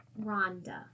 Rhonda